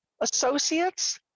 associates